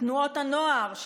תנועת הנוער,